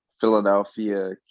Philadelphia